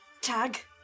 tag